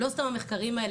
לא סתם המחקרים האלה,